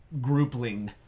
groupling